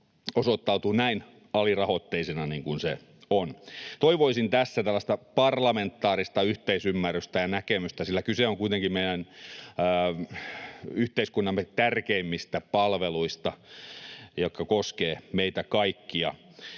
osoittautuu näin alirahoitteiseksi niin kuin se on. Toivoisin tässä tällaista parlamentaarista yhteisymmärrystä ja näkemystä, sillä kyse on kuitenkin meidän yhteiskuntamme tärkeimmistä palveluista, jotka koskevat meitä kaikkia,